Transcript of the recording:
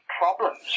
problems